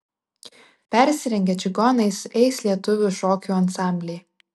persirengę čigonais eis lietuvių šokių ansambliai